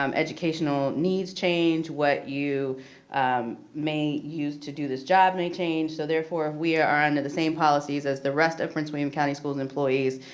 um educational needs change. what you may use to do this job may change, so therefore, we are under the same policies as the rest of prince william county school and employees.